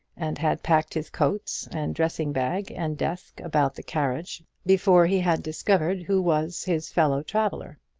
and had packed his coats, and dressing-bag, and desk about the carriage before he had discovered who was his fellow-traveller.